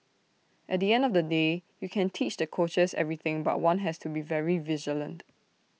at the end of the day you can teach the coaches everything but one has to be very vigilant